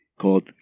called